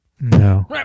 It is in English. No